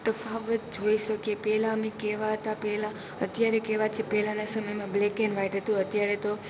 તફાવત જોઈ શકીએ પહેલાં અમે કેવાં હતાં પહેલાં અત્યારે કેવાં છીએ પહેલાંના સમયમાં બ્લેક એન વાઇટ હતું અત્યારે તો